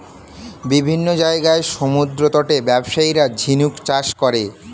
বিভিন্ন জায়গার সমুদ্রতটে ব্যবসায়ীরা ঝিনুক চাষ করে